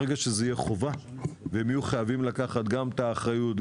ברגע שזאת תהיה חובה והם יהיו חייבים לקחת גם את האחריות,